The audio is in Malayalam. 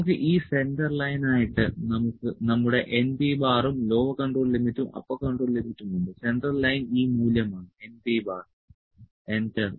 നമുക്ക് ഈ സെന്റർ ലൈൻ ആയിട്ട് നമ്മുടെ np ഉം ലോവർ കൺട്രോൾ ലിമിറ്റും അപ്പർ കൺട്രോൾ ലിമിറ്റും ഉണ്ട് സെൻട്രൽ ലൈൻ ഈ മൂല്യമാണ് np എന്റർ